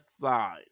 side